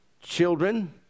children